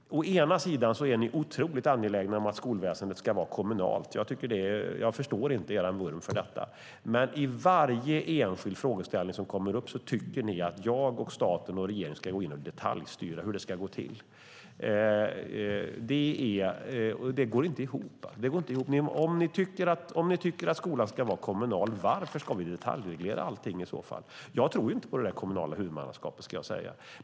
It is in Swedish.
Å ena sidan är ni otroligt angelägna om att skolväsendet ska vara kommunalt. Jag förstår inte er vurm för detta. Men i varje enskild frågeställning som kommer upp tycker ni å andra sidan att jag, staten och regeringen ska gå in och detaljstyra hur det ska gå till. Det går inte ihop. Om ni tycker att skolan ska vara kommunal, varför ska vi i så fall detaljreglera allting? Jag tror inte på det kommunala huvudmannaskapet, ska jag säga.